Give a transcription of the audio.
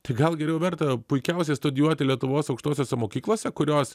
tai gal geriau verta puikiausiai studijuoti lietuvos aukštosiose mokyklose kurios